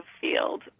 field